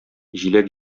җиләк